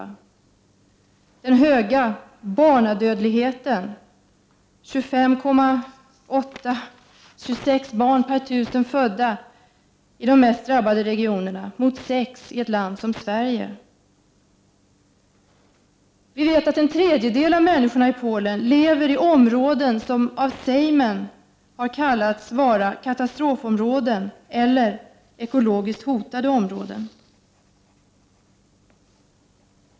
Vi har hört om den höga barnadödligheten: 26 barn per 1000 födda i de mest drabbade regionerna dör, detta att jämföra med 6 i ett land som Sverige. Vi vet att en tredjedel av människorna i Polen lever i områden som av sejmen har kallats för katastrofområden eller ekologiskt hotade områden.